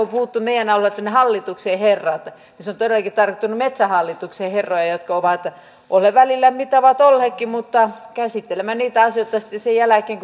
on puhuttu meidän alueellamme että ne hallituksen herrat niin se on todellakin tarkoittanut metsähallituksen herroja jotka ovat olleet välillä mitä ovat olleetkin mutta käsittelemme niitä asioita sitten sen jälkeen